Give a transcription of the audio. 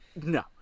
No